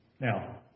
Now